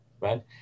right